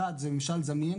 אחד זה ממשל זמין,